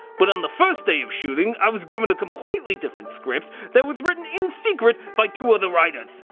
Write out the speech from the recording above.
but on the first day of shooting, i was given a completely different script that was written in secret by two other writers!